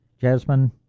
jasmine